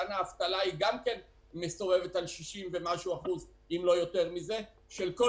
כאן האבטלה גם 60% ומעלה בכל האזור.